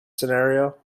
scenario